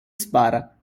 spara